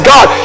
God